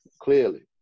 Clearly